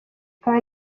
akaba